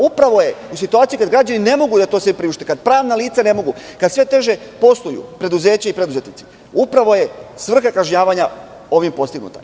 Upravo je u situaciji kada građani ne mogu to sve da priušte, kada pravna lica ne mogu, kad sve teže posluju preduzeća i preduzetnici, upravo je svrha kažnjavanja ovim postignuta.